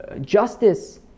justice